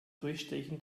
durchstechen